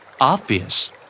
Obvious